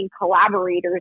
collaborators